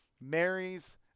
marries